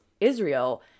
Israel